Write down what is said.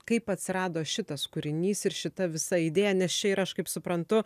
kaip atsirado šitas kūrinys ir šita visa idėja nes čia ir aš kaip suprantu